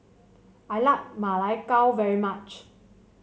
I like Ma Lai Gao very much